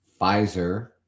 Pfizer